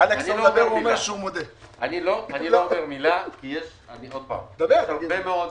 אומר מילה כי יש עוד הרבה מאוד